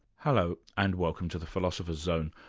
hello and welcome to the philosopher's zone,